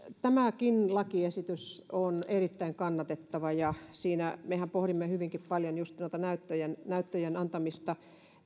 tämäkin lakiesitys on erittäin kannatettava ja siinähän me pohdimme hyvinkin paljon juuri näyttöjen antamista